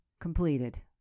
completed